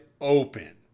open